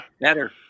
Better